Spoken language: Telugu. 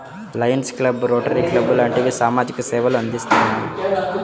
లయన్స్ క్లబ్బు, రోటరీ క్లబ్బు లాంటివి సామాజిక సేవలు అందిత్తున్నాయి